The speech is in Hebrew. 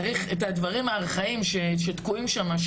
צריך את הדברים הארכאיים שתקועים שמה,